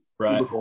right